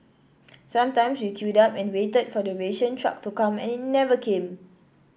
sometimes we queued up and waited for the ration truck to come and it never came